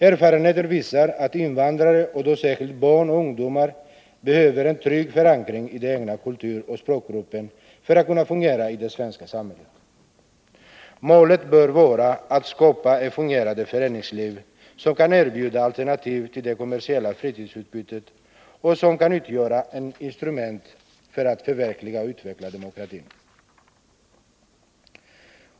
Erfarenheter visar att invandrare, och då särskilt barn och ungdomar, behöver en trygg förankring i den egna kulturoch språkgruppen för att kunna fungera i det svenska samhället. Målet bör vara att skapa ett fungerande föreningsliv, som kan erbjuda alternativ till det kommersiella fritidsutbudet och som kan utgöra ett instrument för att förverkliga och utveckla demokratin.